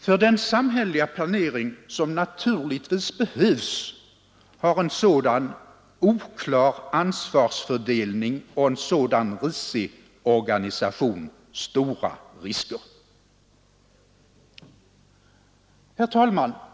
För den samhälleliga planering som naturligtvis behövs har en sådan oklar ansvarsfördelning och en sådan risig organisation stora risker. Herr talman!